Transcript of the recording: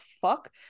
fuck